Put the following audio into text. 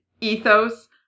ethos